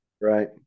right